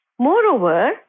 Moreover